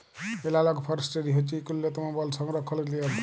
এলালগ forestry হছে ইক উল্ল্যতম বল সংরখ্খলের লিয়ম